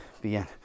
begin